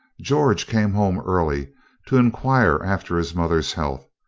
george came home early to enquire after his mother's health,